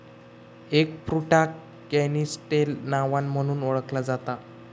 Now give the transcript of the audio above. एगफ्रुटाक canistel नावान म्हणुन ओळखला जाता